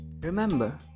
Remember